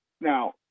now